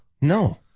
no